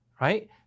right